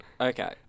Okay